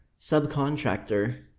subcontractor